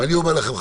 ואני אומר לכם,